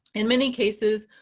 in many cases,